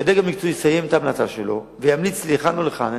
כשהדרג המקצועי יסיים את ההמלצה שלו וימליץ לי לכאן או לכאן,